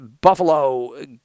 Buffalo